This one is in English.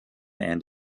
and